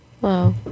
Wow